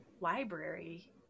library